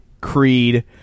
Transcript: Creed